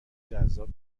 جذاب